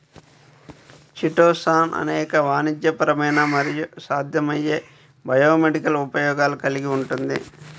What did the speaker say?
chitosan అనేక వాణిజ్యపరమైన మరియు సాధ్యమయ్యే బయోమెడికల్ ఉపయోగాలు కలిగి ఉంటుంది